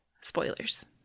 Spoilers